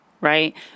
right